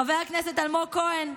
חבר הכנסת אלמוג כהן,